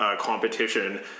competition